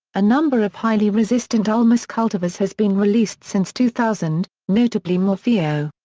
a number of highly resistant ulmus cultivars has been released since two thousand, notably morfeo.